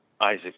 Isaac